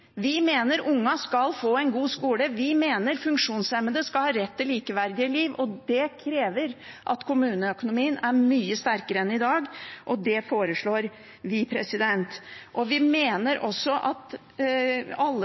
Vi mener ungene skal få en god skole. Vi mener funksjonshemmede skal ha rett til et likeverdig liv. Det krever at kommuneøkonomien er mye sterkere enn i dag, og det foreslår vi. Og til alle